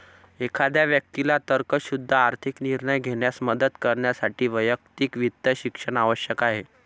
एखाद्या व्यक्तीला तर्कशुद्ध आर्थिक निर्णय घेण्यास मदत करण्यासाठी वैयक्तिक वित्त शिक्षण आवश्यक आहे